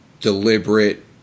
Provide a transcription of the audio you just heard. deliberate